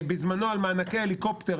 בזמנו על מענקי ההליקופטר,